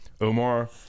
Omar